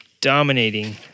dominating